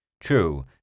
True